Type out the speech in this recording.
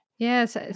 Yes